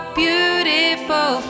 beautiful